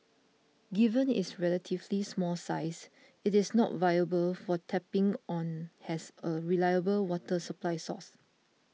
given its relatively small size it is not viable for tapping on as a reliable water supply source